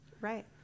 right